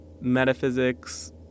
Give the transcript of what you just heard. metaphysics